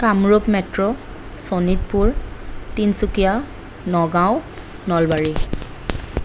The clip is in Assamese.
কামৰূপ মেট্ৰ শোণিতপুৰ তিনিচুকীয়া নগাঁও নলবাৰী